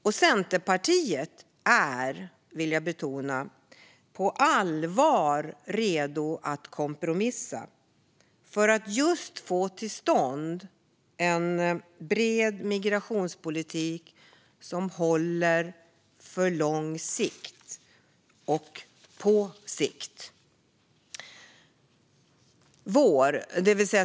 Centerpartiet är, vill jag betona, redo att på allvar kompromissa för att få till stånd en bred migrationspolitik som håller på lång sikt.